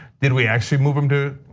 then we actually move them to,